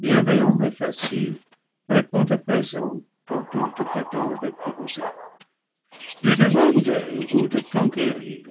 bienveillant et facile répond à présent au doute qu'adam avait proposé de demander ou de t'enquérir